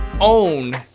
own